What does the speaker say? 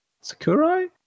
Sakurai